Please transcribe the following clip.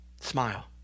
Smile